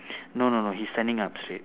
no no no he's standing up straight